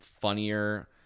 funnier